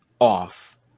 off